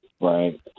Right